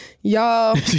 Y'all